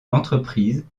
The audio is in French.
l’entreprise